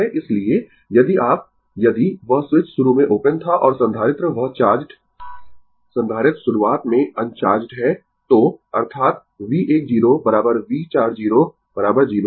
इसलिए यदि आप यदि वह स्विच शुरू में ओपन था और संधारित्र वह चार्जड संधारित्र शुरूवात में अनचार्जड है तो अर्थात V 1 0 V 4 0 0